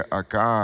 acá